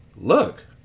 look